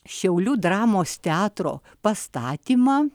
šiaulių dramos teatro pastatymą